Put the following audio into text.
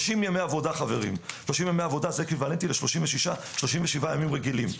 30 ימי עבודה זה אקוויוולנטי ל-37 ימים רגילים,